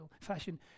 fashion